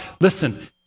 Listen